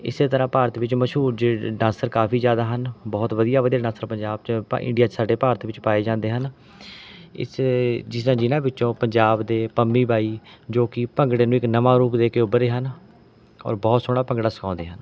ਇਸੇ ਤਰ੍ਹਾਂ ਭਾਰਤ ਵਿੱਚ ਮਸ਼ਹੂਰ ਡਾਂਸਰ ਕਾਫੀ ਜ਼ਿਆਦਾ ਹਨ ਬਹੁਤ ਵਧੀਆ ਵਧੀਆ ਡਾਂਸਰ ਪੰਜਾਬ ਵਿੱਚ ਇੰਡੀਆ 'ਚ ਸਾਡੇ ਭਾਰਤ ਵਿੱਚ ਪਾਏ ਜਾਂਦੇ ਹਨ ਇਸ ਜਿਸਦਾ ਜਿਹਨਾਂ ਵਿੱਚੋਂ ਪੰਜਾਬ ਦੇ ਪੰਮੀ ਬਾਈ ਜੋ ਕਿ ਭੰਗੜੇ ਨੂੰ ਇੱਕ ਨਵਾਂ ਰੂਪ ਦੇ ਕੇ ਉੱਭਰੇ ਹਨ ਔਰ ਬਹੁਤ ਸੋਹਣਾ ਭੰਗੜਾ ਸਿਖਾਉਂਦੇ ਹਨ